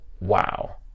wow